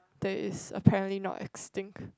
that is apparently not extinct